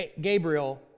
Gabriel